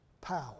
power